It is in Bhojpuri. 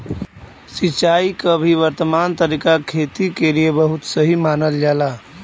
सिंचाई क अभी वर्तमान तरीका खेती क लिए बहुत सही मानल जाला